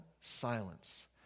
silence